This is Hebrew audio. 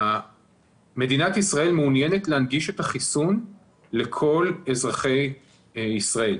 מדינת ישראל מעוניינת להנגיש את החיסון לכל אזרחי ישראל.